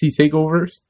TakeOvers